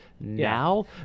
now